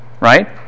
right